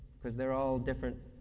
because they're all different.